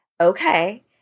okay